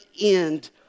end